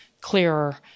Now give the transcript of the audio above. clearer